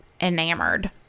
enamored